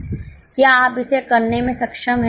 क्या आप इसे करने में सक्षम हैं